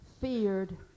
feared